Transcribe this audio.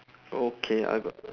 okay I got